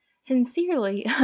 sincerely